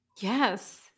Yes